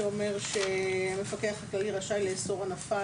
שאומר שהמפקח הכללי רשאי לאסוף הנפה,